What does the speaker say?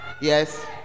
yes